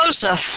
Joseph